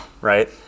right